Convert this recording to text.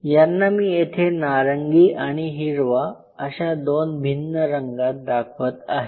यांना मी येथे नारंगी आणि हिरवा अश्या दोन भिन्न रंगात दाखवत आहे